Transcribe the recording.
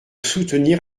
soutenir